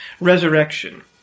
resurrection